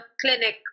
clinic